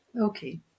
Okay